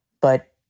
But-